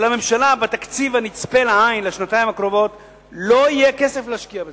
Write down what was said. ולממשלה בתקציב הנצפה לעין לשנתיים הקרובות לא יהיה כסף להשקיע בזה.